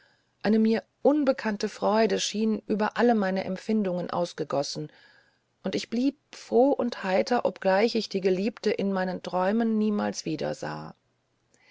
eine mir unbekannte freude schien über alle meine empfindungen ausgegossen und ich blieb froh und heiter obgleich ich die geliebte in meinen träumen niemals wiedersah